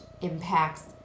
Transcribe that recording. impacts